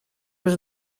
was